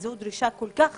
זו דרישה כל כך